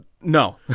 No